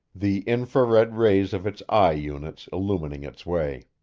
the infra-red rays of its eye units illumining its way.